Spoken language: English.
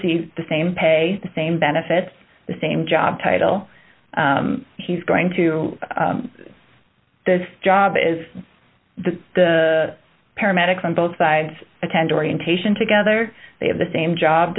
see the same pay the same benefits the same job title he's going to the job is that the paramedics on both sides attend orientation together they have the same job